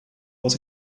was